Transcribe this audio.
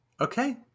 Okay